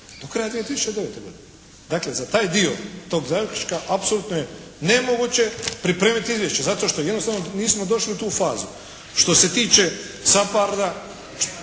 Do kraja 2009. godine. Dakle za taj dio tog zaključka apsolutno je nemoguće pripremiti izvješće. Zato što jednostavno nismo došli u tu fazu. Što se tiče